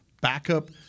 backup